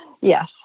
Yes